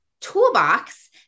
toolbox